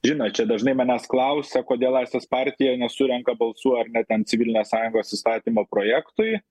žinot čia dažnai manęs klausia kodėl laisvės partija nesurenka balsų ar ne ten civilinės sąjungos įstatymo projektui